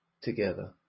together